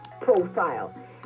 profile